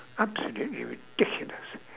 absolutely ridiculous